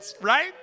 Right